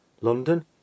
London